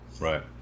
right